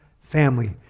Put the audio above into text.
family